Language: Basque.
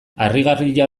harrigarria